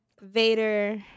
Vader